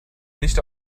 nicht